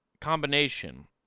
combination